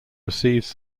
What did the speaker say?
receives